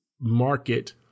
market